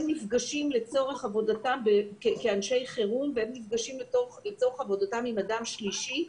נפגשים לצורך עבודתם כאנשי חירום עם אדם שלישי.